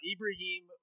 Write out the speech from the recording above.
Ibrahim